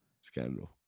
Scandal